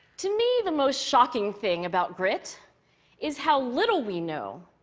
to me, the most shocking thing about grit is how little we know,